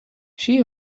she